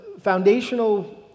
foundational